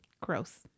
Gross